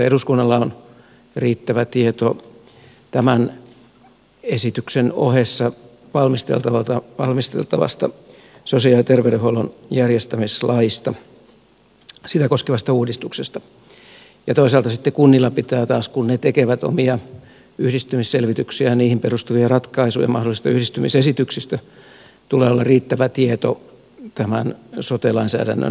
eduskunnalla on riittävä tieto tämän esityksen ohessa valmisteltavasta sosiaali ja terveydenhuollon järjestämislaista sitä koskevasta uudistuksesta ja toisaalta sitten kunnilla pitää taas kun ne tekevät omia yhdistymisselvityksiään ja niihin perustuvia ratkaisuja mahdollisista yhdistymisesityksistä olla riittävä tieto tämän sote lainsäädännön sisällöstä